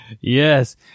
Yes